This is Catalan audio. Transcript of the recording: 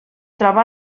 troba